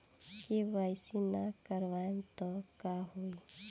KYC ना करवाएम तब का होई?